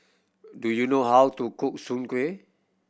do you know how to cook Soon Kueh